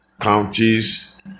counties